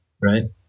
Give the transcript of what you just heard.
right